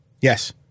Yes